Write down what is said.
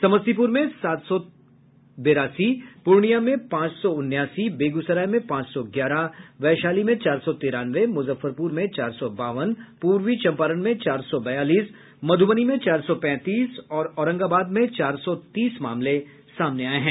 समस्तीपुर में सात सौ बेरासी पूर्णिया में पांच सौ उन्यासी बेगूसराय में पांच सौ ग्यारह वैशाली में चार सौ तिरानवे मुजफ्फरपुर में चार सौ बावन पूर्वी चंपारण में चार सौ बयालीस मध्बनी में चार सौ पैंतीस और औरंगाबाद में चार सौ तीस मामले सामने आये हैं